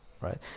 right